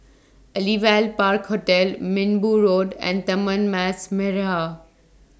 Aliwal Park Hotel Minbu Road and Taman Mas Merah